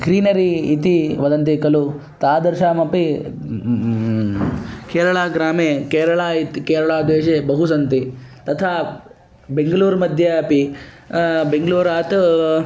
greenery इति वदन्ति खलु तादृशमपि केरळाग्रामे केरळा इति केरळादेशे बहु सन्ति तथा बेङ्ग्ळूर् मध्ये अपि बेङ्ग्लूरात्